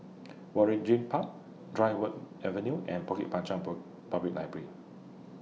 Waringin Park Dryburgh Avenue and Bukit Panjang Public Library